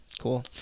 Cool